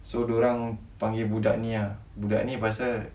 so diorang panggil budak ni ah budak ni pasal